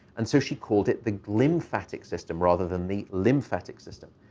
and so she called it the glymphatic system rather than the lymphatic system.